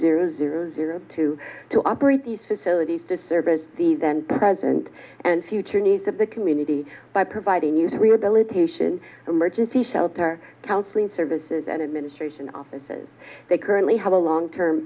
two zero zero two to operate these facilities to service the present and future needs of the community by providing youth rehabilitation emergency shelter counseling services and administration offices they currently have a long term